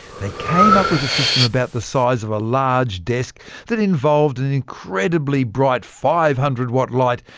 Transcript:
they came up with a system about the size of a large desk that involved an incredibly bright five hundred watt light,